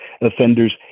offenders